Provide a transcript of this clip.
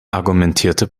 argumentierte